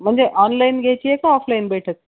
म्हणजे ऑनलाईन घ्यायची आहे की ऑफलाईन बैठक